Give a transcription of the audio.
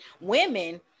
women